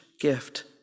gift